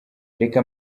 reka